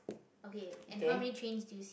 okay and how many chains do see